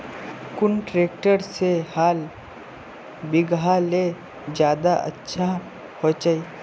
कुन ट्रैक्टर से हाल बिगहा ले ज्यादा अच्छा होचए?